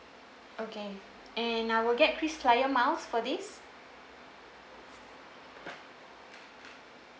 okay and I will get kris flyer miles for this